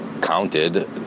counted